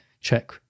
check